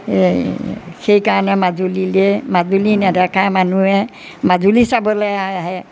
সেই সেইকাৰণে মাজুলীলৈ মাজুলী নেদেখা মানুহে মাজুলী চাবলৈ আহে